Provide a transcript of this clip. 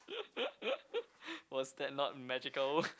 was that not magical